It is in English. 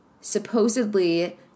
supposedly